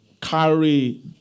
carry